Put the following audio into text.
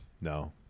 No